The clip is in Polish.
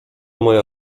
moja